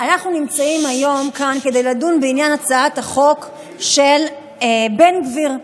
יושב-ראש הוועדה המסדרת חבר הכנסת יואב קיש,